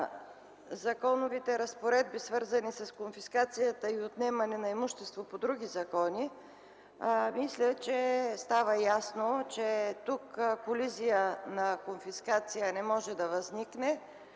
законовите разпоредби, свързани с конфискацията и отнемането на имущество по други закони, мисля, че става ясно, че тук колизия на конфискация не може да възникне,